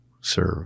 serve